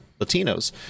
Latinos